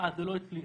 זה לא אצלי.